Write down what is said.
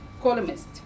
columnist